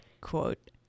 quote